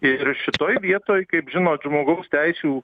ir šitoj vietoj kaip žinot žmogaus teisių